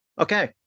okay